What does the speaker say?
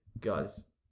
guys